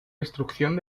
destrucción